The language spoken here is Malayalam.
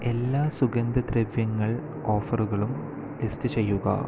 എല്ലാ സുഗന്ധ ദ്രവ്യങ്ങൾ ഓഫറുകളും ലിസ്റ്റ് ചെയ്യുക